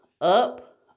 up